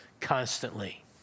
constantly